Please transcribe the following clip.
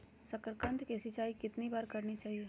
साकारकंद की सिंचाई कितनी बार करनी चाहिए?